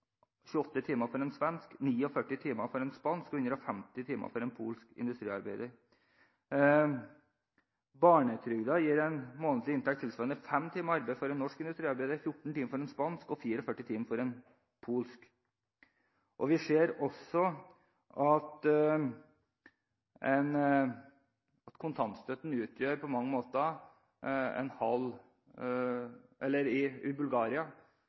28 timer for en svensk, 49 timer for en spansk og 150 timer for en polsk industriarbeider. Barnetrygden gir en månedlig inntekt tilsvarende 5 timers arbeid for en norsk industriarbeider, 14 timer for en spansk og 44 timer for en polsk. Vi ser også at for en bulgarer som kommer til Norge, kan kontantstøtten som man sender hjem utgjøre nærmere en og en halv årslønn i Bulgaria.